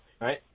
right